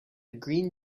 green